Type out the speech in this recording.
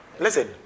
Listen